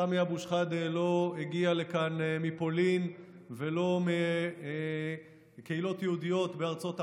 סמי אבו שחאדה לא הגיע לכאן מפולין ולא מקהילות יהודיות בארצות ערב.